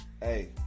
Hey